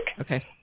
Okay